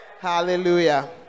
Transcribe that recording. Hallelujah